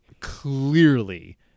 clearly